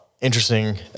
interesting